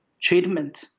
treatment